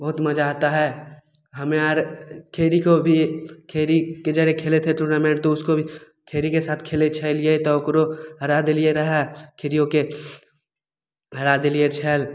बहुत मजा आता है हमे आर खेड़ी को भी खेड़ीके जरे खेले थे टूर्नामेन्ट तो उसको भी खेड़ीके साथ खेलै छलियै तऽ ओकरो हरा देलियै रहए खेड़ियोके हरा देलियै छल